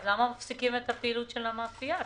למה מפסיקים את הפעילות של המאפייה?